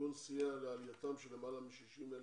הארגון סייע לעלייתם של למעלה מ-60,000